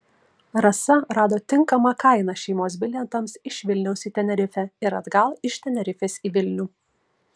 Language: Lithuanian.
rasa rado tinkamą kainą šeimos bilietams iš vilniaus į tenerifę ir atgal iš tenerifės į vilnių